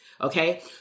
Okay